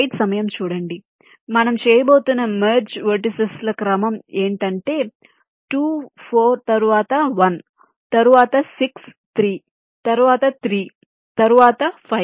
కాబట్టి మనం చేయబోతున్న మెర్జ్ వెర్టిసిస్ ల క్రమం ఏంటంటే 2 4 తరువాత 1తరువాత 6 3 తరువాత 3 తరువాత 5